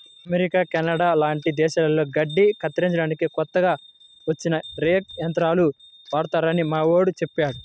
America, Canada లాంటి దేశాల్లో గడ్డి కత్తిరించడానికి కొత్తగా వచ్చిన రేక్ యంత్రాలు వాడతారని మావోడు చెప్పాడు